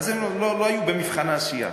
הם לא היו במבחן העשייה.